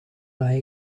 lie